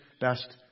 best